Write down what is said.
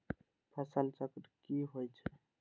फसल चक्र की होइ छई?